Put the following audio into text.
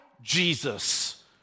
Jesus